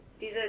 diese